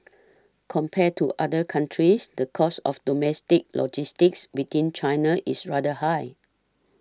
compared to other countries the cost of domestic logistics within China is rather high